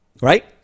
right